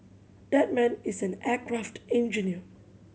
that man is an aircraft engineer